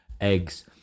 eggs